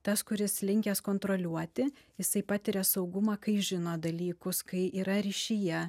tas kuris linkęs kontroliuoti jisai patiria saugumą kai žino dalykus kai yra ryšyje